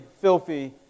filthy